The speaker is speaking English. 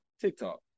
TikTok